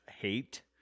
hate